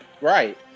Right